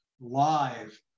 live